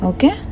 Okay